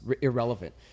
irrelevant